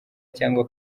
cyangwa